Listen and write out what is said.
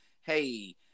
Hey